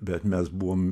bet mes buvom